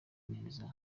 neza